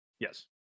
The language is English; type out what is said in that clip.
Yes